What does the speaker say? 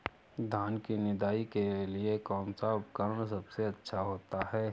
धान की निदाई के लिए कौन सा उपकरण सबसे अच्छा होता है?